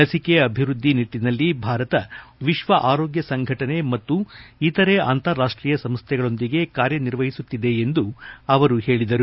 ಲಸಿಕೆ ಅಭಿವೃದ್ದಿ ನಿಟ್ಟನಲ್ಲಿ ಭಾರತ ವಿಶ್ವ ಆರೋಗ್ಯ ಸಂಘಟನೆ ಮತ್ತು ಇತರ ಅಂತಾರಾಷ್ವೀಯ ಸಂಸ್ವೆಗಳೊಂದಿಗೆ ಕಾರ್ಯನರ್ವಹಿಸುತ್ತಿದೆ ಎಂದು ಅವರು ತಿಳಿಸಿದರು